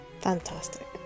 Fantastic